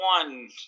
one